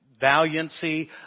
valiancy